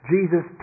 Jesus